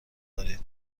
دارید